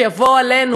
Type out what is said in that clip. שיבוא עלינו,